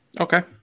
Okay